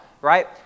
right